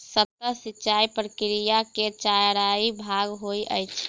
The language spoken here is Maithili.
सतह सिचाई प्रकिया के चाइर भाग होइत अछि